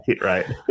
right